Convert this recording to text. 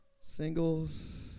Singles